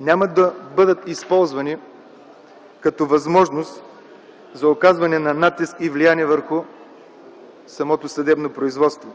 няма да бъдат използвани като възможност за оказване на натиск и влияние върху самото съдебно производство.